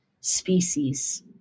species